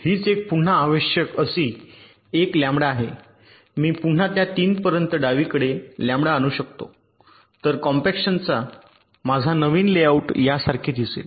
हीच एक पुन्हा आवश्यक अशी 1 लॅम्बडा आहे मी पुन्हा त्या 3 पर्यंत डावीकडे लॅम्बडा आणू शकतो तर कॉम्पॅक्शनचा माझा नवीन लेआउट यासारखे दिसेल